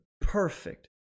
perfect